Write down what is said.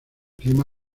clima